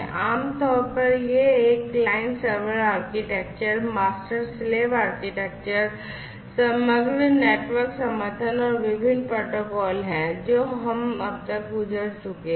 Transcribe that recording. आमतौर पर यह एक client server architecture master slave architecture समग्र नेटवर्क समर्थन और विभिन्न प्रोटोकॉल हैं जिन्हें हम अब तक देख चुके हैं